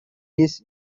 his